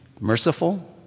merciful